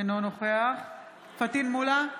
אינו נוכח פטין מולא,